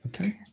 Okay